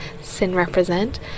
sinrepresent